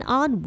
on